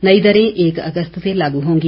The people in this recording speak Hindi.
नई दरें एक अगस्त से लागू होंगी